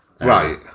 Right